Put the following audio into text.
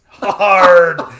Hard